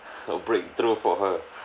a breakthrough for her